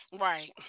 Right